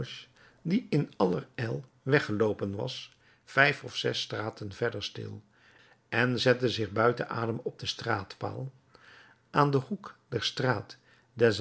die in allerijl weggeloopen was vijf of zes straten verder stil en zette zich buiten adem op den straatpaal aan den hoek der straat